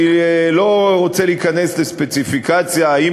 אני לא רוצה להיכנס לספציפיקציה אם